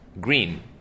green